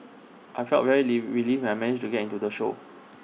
I felt very live relieved when I managed to get into the show